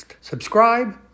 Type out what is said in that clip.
Subscribe